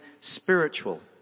spiritual